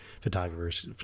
photographers